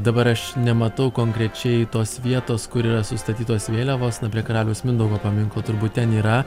dabar aš nematau konkrečiai tos vietos kur yra sustatytos vėliavos prie karaliaus mindaugo paminklo turbūt ten yra